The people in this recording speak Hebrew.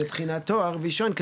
מבחינת תואר ראשון,